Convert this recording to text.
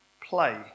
play